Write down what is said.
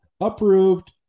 Approved